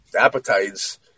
appetites